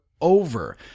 over